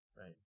Right